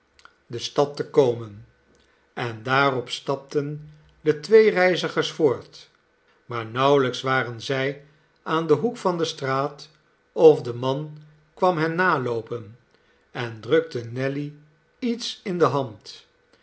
de stad te komen en daarop stapten de twee reizigers voort maar nauwelijks waren zij aan den hoek van de straat of de man kwam hen naloopen en drukte nelly iets in de hand